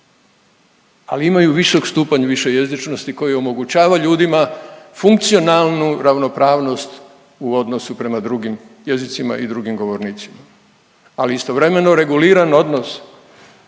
ali imaju visok stupanj višejezičnosti koji omogućava ljudima funkcionalnu ravnopravnost u odnosu prema drugim jezicima i drugim govornicima. Ali istovremeno reguliran odnos